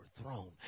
overthrown